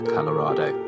Colorado